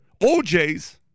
OJ's